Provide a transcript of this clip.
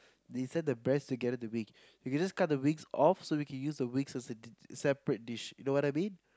you insert the breast together with the wings you can just cut the wing off so we use the wings as a separate dish you know what I mean